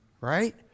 right